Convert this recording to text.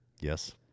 Yes